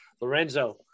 Lorenzo